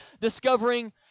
discovering